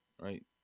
right